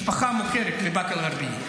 משפחה מוכרת מבאקה אל-גרבייה.